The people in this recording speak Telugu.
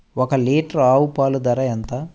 ఒక్క లీటర్ ఆవు పాల ధర ఎంత?